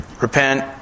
Repent